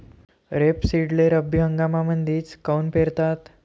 रेपसीडले रब्बी हंगामामंदीच काऊन पेरतात?